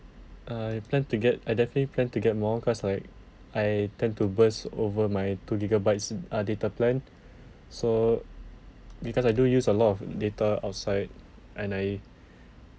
I plan to get I definitely plan to get more cause like I tend to burst over my two gigabytes uh data plan so because I do use a lot of data outside and I